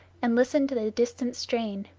and listened to the distant strain.